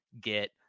get